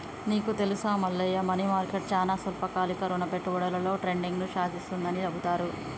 నీకు తెలుసా Mallayya money market చానా స్వల్పకాలిక రుణ పెట్టుబడులలో ట్రేడింగ్ను శాసిస్తుందని చెబుతారు